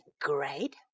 great